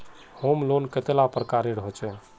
Home loan कतेला प्रकारेर होचे?